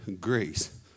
Grace